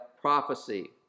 prophecy